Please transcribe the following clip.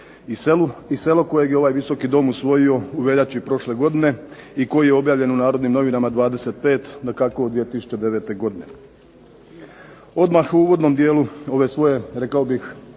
i selo kojeg je ovaj Visoki dom usvojio u veljači prošle godine i koji je objavljen u "Narodnim novinama" 27/09. Odmah u uvodnom dijelu ove svoje rekao bih